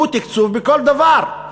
הוא תקצוב בכל דבר.